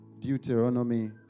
Deuteronomy